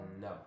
No